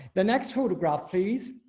the next photograph phase.